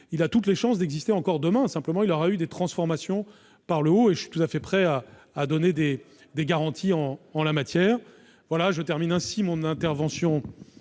a toutes les chances d'exister encore demain. Simplement, il aura vécu des transformations qui l'auront tiré vers le haut, et je suis tout à fait prêt à donner des garanties en la matière. Je termine mon intervention